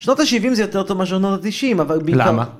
‫שנות ה-70 זה יותר טוב מה שנות ה-90, ‫אבל... ‫-למה?